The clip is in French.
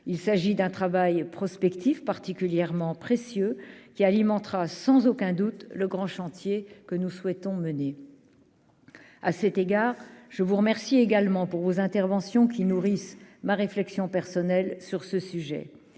il s'agit d'un travail prospectif particulièrement précieux qui alimentera sans aucun doute le grand chantier que nous souhaitons mener à cet égard, je vous remercie également pour vos interventions qui nourrissent ma réflexion personnelle sur ce sujet,